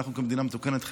כמדינה מתוקנת,